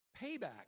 payback